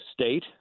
state